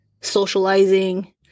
socializing